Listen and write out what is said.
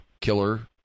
killer